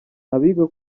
abiga